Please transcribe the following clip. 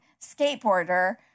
skateboarder